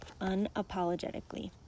unapologetically